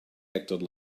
acted